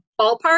ballpark